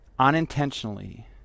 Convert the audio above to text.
unintentionally